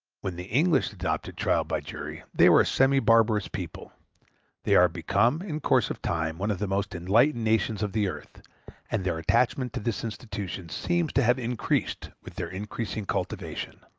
when the english adopted trial by jury they were a semi-barbarous people they are become, in course of time, one of the most enlightened nations of the earth and their attachment to this institution seems to have increased with their increasing cultivation.